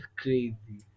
crazy